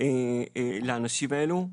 לאנשים האלו.